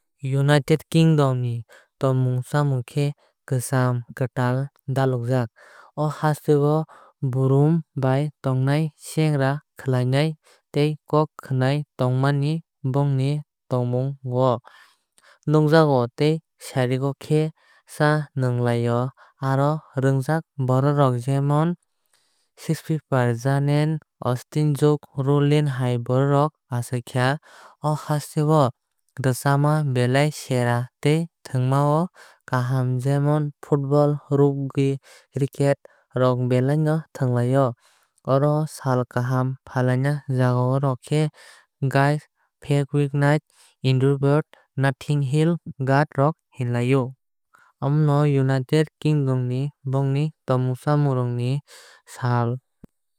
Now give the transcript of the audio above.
United Kingdom ni tongmung chamung khe kwcham kwtal dalukjag. O haste borom bai tongnai chengra khlailaina tei kok khwnai tongmani bongni tongmung o nukjago tei sarigo khe cha nwnglainai. Aro o rwngjak borok jemon Shakespeare jane Austin jk rowling hai borok rok achaikha. O haste O rwchabma belai sera tei thwngma o kaham jemon football rugby cricket rok belai no thwnglai o. Aro o sal kaham palai jagao rok khe guy fawkes night the Edinburgh tei nothing hill guard rok hinlai o. Amono united kingdom ni bongni tomung chamung rok ni sal.